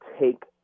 take